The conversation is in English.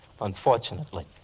unfortunately